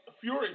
Fury